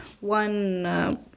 one